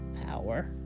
power